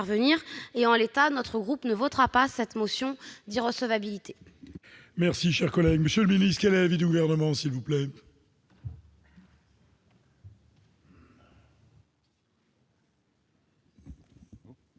En l'état, mon groupe ne votera pas cette motion d'irrecevabilité.